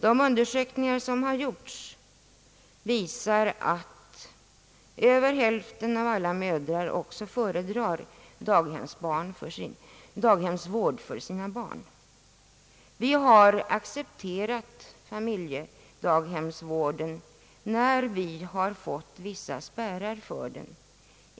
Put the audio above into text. De undersökningar som har gjorts visar, att över hälften av alla mödrar också föredrar daghemsvård för sina barn. Vi har accepterat familjedaghemsvården, när vi har fått vissa spärrar för den.